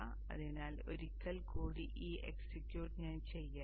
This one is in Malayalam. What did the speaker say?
അതിനാൽ ഒരിക്കൽ കൂടി ആ എക്സിക്യൂട്ട് ഞാൻ ചെയ്യട്ടെ